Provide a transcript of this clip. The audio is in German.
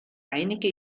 einige